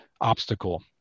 obstacle